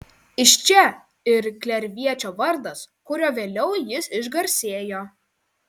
iš čia ir klerviečio vardas kuriuo vėliau jis išgarsėjo